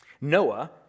Noah